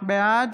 בעד